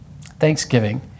Thanksgiving